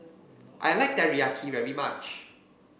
I like Teriyaki very much